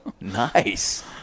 Nice